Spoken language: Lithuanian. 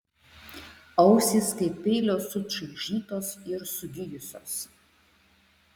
ausys kaip peilio sučaižytos ir sugijusios